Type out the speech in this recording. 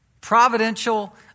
Providential